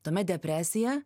tuo met depresija